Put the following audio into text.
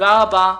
תודה רבה.